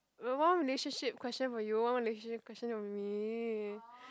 one relationship question for you one relationship question for me